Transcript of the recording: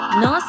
no